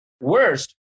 Worst